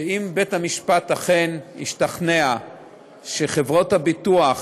שאם בית-המשפט אכן השתכנע שחברות הביטוח